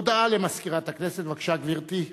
הודעה למזכירת הכנסת, בבקשה, גברתי.